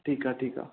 ठीकु आहे ठीकु आहे